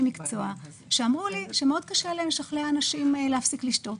מקצוע שאמרו לי שקשה להם מאוד לשכנע אנשים להפסיק לשתות.